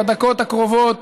בדקות הקרובות